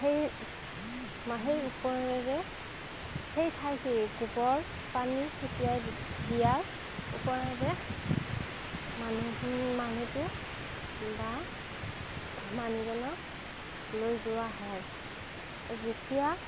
সেই সেই ওপৰেৰে সেই ঠাইখিনিত গোবৰ পানী ছটিয়াই দিয়াৰ ওপৰেৰে মানুহ মানুহটো বা মানুহজনক লৈ যোৱা হয় যেতিয়া